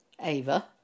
Ava